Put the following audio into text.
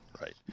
right